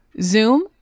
Zoom